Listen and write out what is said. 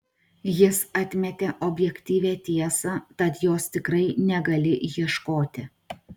jis atmetė objektyvią tiesą tad jos tikrai negali ieškoti